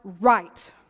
right